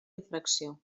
infracció